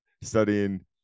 studying